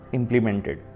implemented